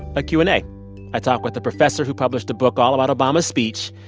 a q and a i talk with the professor who published a book all about obama's speech.